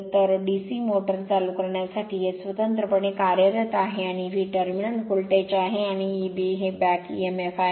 तर DC motor चालू करण्यासाठी हे स्वतंत्रपणे कार्यरत आहे आणि V टर्मिनल व्होल्टेज आहे आणि Eb हे बॅक एएमएफ आहे